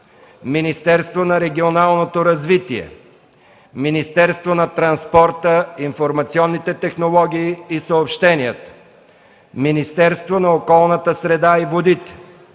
Министерството на регионалното развитие; - Министерството на транспорта, информационните технологии и съобщенията; - Министерството на околната среда и водите;